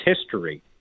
history